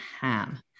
ham